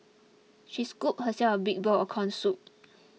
she scooped herself a big bowl of Corn Soup